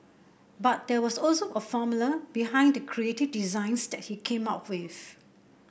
but there was also a formula behind the creative designs that he came with